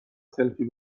سلفی